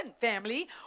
family